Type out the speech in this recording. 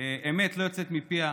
אמת לא יוצאת מפיה,